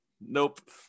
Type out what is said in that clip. Nope